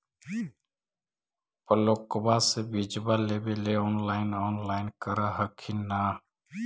ब्लोक्बा से बिजबा लेबेले ऑनलाइन ऑनलाईन कर हखिन न?